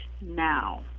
now